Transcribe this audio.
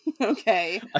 Okay